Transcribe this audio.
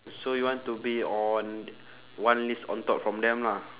so you want to be on one lift on top from them lah